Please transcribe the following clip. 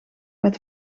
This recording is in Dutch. met